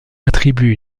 attribue